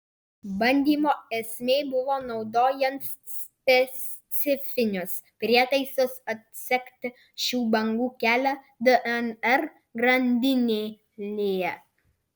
bandymo esmė buvo naudojant specifinius prietaisus atsekti šių bangų kelią dnr grandinėlėje